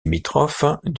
limitrophes